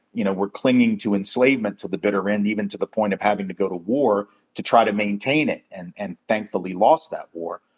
you know, were clinging to enslavement till the bitter end, even to the point of having to go to war to try to maintain it, and and thankfully lost that war.